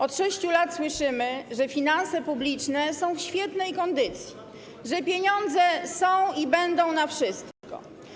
Od 6 lat słyszymy, że finanse publiczne są w świetnej kondycji, że pieniądze są i będą na wszystko.